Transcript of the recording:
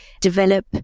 develop